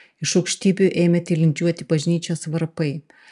iš aukštybių ėmė tilindžiuoti bažnyčios varpai